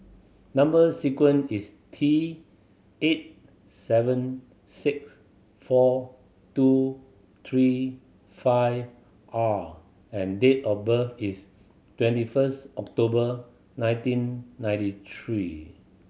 number sequence is T eight seven six four two three five R and date of birth is twenty first October nineteen ninety three